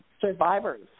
survivors